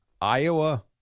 Iowa